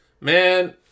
Man